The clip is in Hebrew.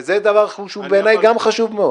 וזה דבר שבעיניי הוא גם חשוב מאוד.